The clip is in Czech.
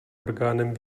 orgánem